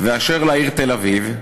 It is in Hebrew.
"ואשר לעיר תל-אביב,